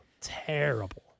Terrible